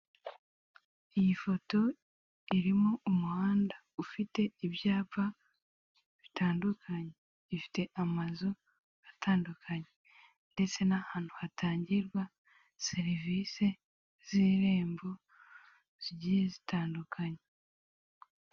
Iyi foto irimo umuhanda ufite ibyapa bitandukanye, ifite amazu atandukanye ndetse n'ahantu hatangirwa serivisi z'irembo zigiye zitandukanye.